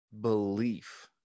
belief